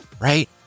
right